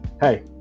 hey